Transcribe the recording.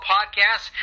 Podcast